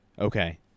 Okay